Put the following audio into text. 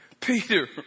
Peter